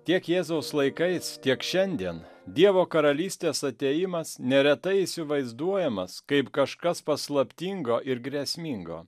tiek jėzaus laikais tiek šiandien dievo karalystės atėjimas neretai įsivaizduojamas kaip kažkas paslaptingo ir grėsmingo